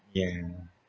ya